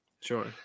sure